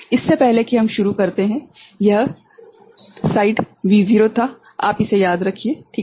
इससे पहले कि हम शुरू करते हैं यह साइड V0 था आप इसे याद रखिए ठीक है